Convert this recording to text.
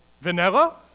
vanilla